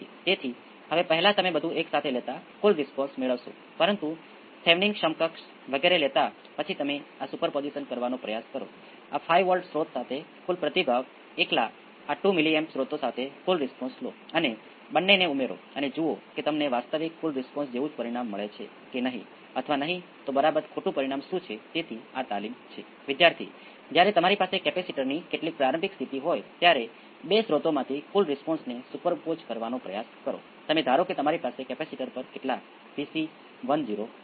તેથી હવે તમારી પાસે સંપૂર્ણ નેચરલ રિસ્પોન્સ છે તેથી હું તેને અંડર ડેમ્પડ કેસ માટે બતાવીશ પરંતુ કૃપા કરીને તેને અન્ય બે કેસો માટે સમાન પ્રારંભિક શરતો સાથે અજમાવી જુઓ R બરાબર 20 Ωs અને R બરાબર 1 Ω સાથે અને ખરેખર તમે તેને કેટલાક અન્ય કેસો માટે પણ અજમાવી શકો છો અને તમે આ વસ્તુઓનો પ્લોટ પણ કરી શકો છો અને જુઓ કે તે કેવી દેખાય છે